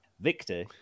Victor